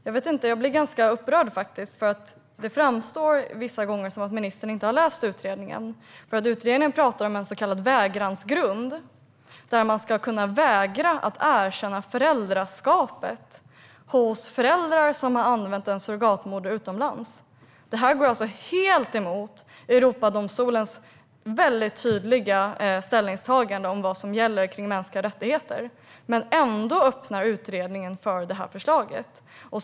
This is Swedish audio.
Jag blir ganska upprörd, för det framstår ibland som att ministern inte har läst utredningen. Utredningen talar om en så kallad vägransgrund där man ska kunna vägra att erkänna föräldraskapet hos föräldrar som har använt en surrogatmoder utomlands. Detta går helt emot Europadomstolens tydliga ställningstagande om mänskliga rättigheter, men ändå öppnar utredningen för detta förslag.